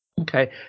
Okay